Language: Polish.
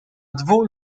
dwu